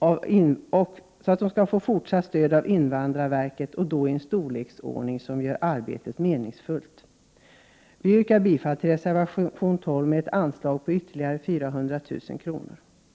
organisation även i fortsättningen skall få stöd av invandrarverket. Stödet måste ha en viss omfattning för att arbetet skall kunna vara meningsfullt. Jag yrkar bifall till reservation 12, där jag hemställer att ytterligare 4 100 000 kr. anslås för åtgärder på detta område.